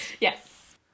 Yes